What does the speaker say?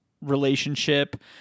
relationship